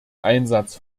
einsatz